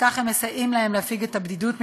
שכך הם מסייעים להם להפיג את הבדידות,